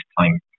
time